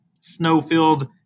snow-filled